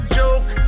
joke